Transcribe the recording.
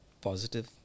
Positive